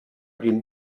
den